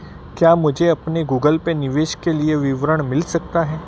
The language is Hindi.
क्या मुझे अपने गूगल पे निवेश के लिए विवरण मिल सकता है?